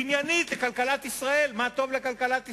עניינית, מה טוב לכלכלת ישראל?